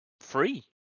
free